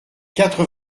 quatre